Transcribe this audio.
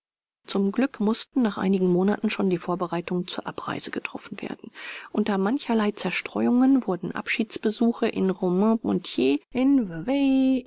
zum glück mußten nach einigen monaten schon die vorbereitungen zur abreise getroffen werden unter mancherlei zerstreuungen wurden abschiedsbesuche in romainmontier in